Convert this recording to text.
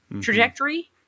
trajectory